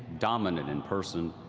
dominant and person,